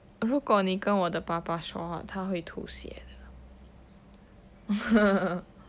如果你跟我的爸爸说话他会吐血的哈哈哈